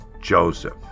Joseph